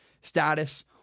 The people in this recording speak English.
status